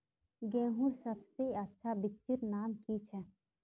गेहूँर सबसे अच्छा बिच्चीर नाम की छे?